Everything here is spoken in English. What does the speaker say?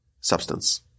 substance